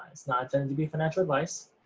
it's not intended to be financial advice,